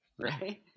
Right